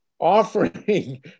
offering